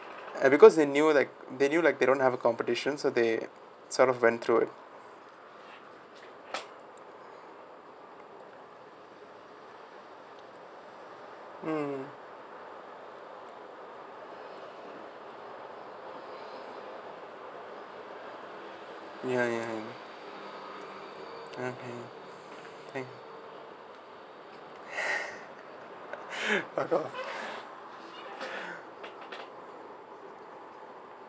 and because they knew like they knew like they don't have a competitions so they sort of went through it mm ya ya ya okay thank fuck off